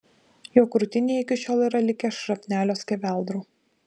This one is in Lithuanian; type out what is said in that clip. jo krūtinėje iki šiol yra likę šrapnelio skeveldrų